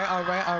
all right.